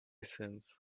since